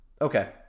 Okay